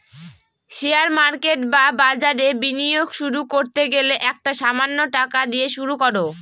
share market বা বাজারে বিনিয়োগ শুরু করতে গেলে একটা সামান্য টাকা দিয়ে শুরু করো